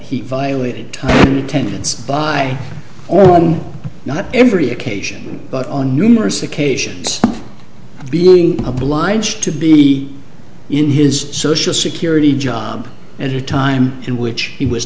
he violated attendance by or on not every occasion but on numerous occasions being obliged to be in his social security job at a time in which he was